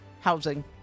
housing